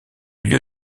lieu